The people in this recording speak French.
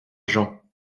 jean